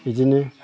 इदिनो